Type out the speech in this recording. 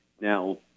now